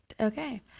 Okay